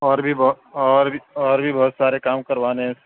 اور بھی بہت اور بھی اور بھی بہت سارے کام کروانے ہیں